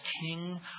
King